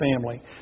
family